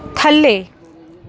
ਥੱਲੇ